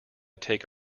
take